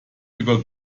über